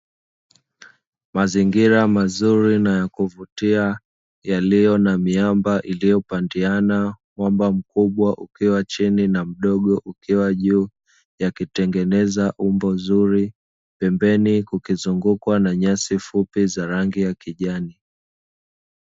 Mazingira mazuri na ya kuvutia yaliyo na miamba iliyopandiana ,mwamba mkubwa ukiwa chini na mdogo ukiwa juu ,yakitengeneza umbo zuri pembeni kukizungukwa na nyasi fupi za rangi ya kijani.